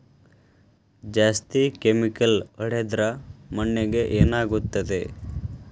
ಜಾಸ್ತಿ ಕೆಮಿಕಲ್ ಹೊಡೆದ್ರ ಮಣ್ಣಿಗೆ ಏನಾಗುತ್ತದೆ?